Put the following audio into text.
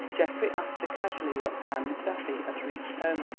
geoffrey asked her casually what time miss effie had reached home.